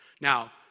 Now